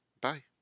Bye